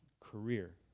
career